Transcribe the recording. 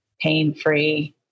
pain-free